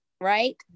right